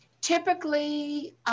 typically